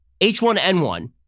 H1N1